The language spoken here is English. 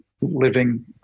living